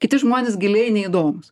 kiti žmonės giliai neįdomūs